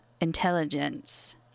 intelligence